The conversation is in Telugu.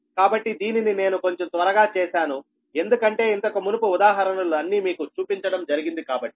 కాబట్టి దీనిని నేను కొంచెం త్వరగా చేశాను ఎందుకంటే ఇంతకు మునుపు ఉదాహరణలు అన్ని మీకు చూపించడం జరిగింది కాబట్టి